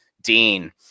Dean